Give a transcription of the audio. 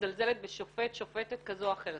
מזלזלת בשופט/שופטת כזו או אחרת,